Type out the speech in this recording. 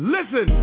Listen